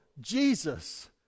Jesus